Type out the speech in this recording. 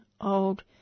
old